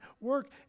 work